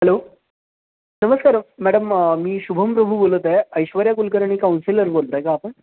hello नमस्कार madam मी शुभम प्रभू बोलत आहे ऐश्वर्या कुलकर्णी काउन्सिलर बोलता आहे का आपण